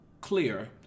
clear